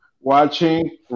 watching